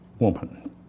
woman